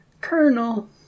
Colonel